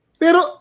Pero